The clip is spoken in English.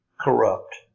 corrupt